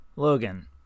Logan